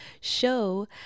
Show